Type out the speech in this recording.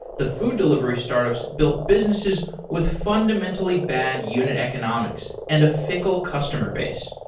the food delivery startups built businesses with fundamentally bad unit economics and a fickle customer base.